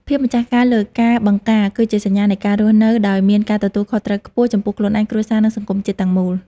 ភាពម្ចាស់ការលើការបង្ការ គឺជាសញ្ញានៃការរស់នៅដោយមានការទទួលខុសត្រូវខ្ពស់ ចំពោះខ្លួនឯង គ្រួសារ និងសង្គមជាតិទាំងមូល។